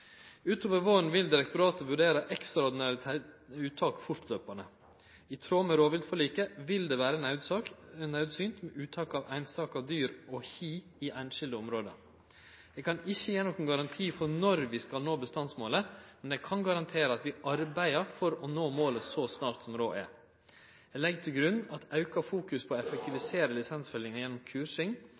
Utover våren vil direktoratet vurdere ekstraordinære uttak fortløpande. I tråd med rovviltforliket vil det vere naudsynt med uttak av einstaka dyr og hi i einskilde område. Eg kan ikkje gje nokon garanti for når vi kan nå bestandsmålet, men eg kan garantere at vi arbeider for å nå målet så snart som råd er. Eg legg til grunn at eit auka fokus på å effektivisere lisensfellinga gjennom kursing,